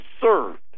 served